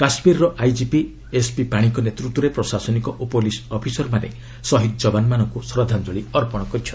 Kashmir IGP SP ପାଶିଙ୍କ ନେତୃତ୍ୱରେ ପ୍ରଶାସନିକ ଓ ପୁଲିସ୍ ଅଫିସରମାନେ ଶହୀଦ୍ ଯବାନମାନଙ୍କୁ ଶ୍ରଦ୍ଧାଞ୍ଜଳି ଅର୍ପଣ କରିଛନ୍ତି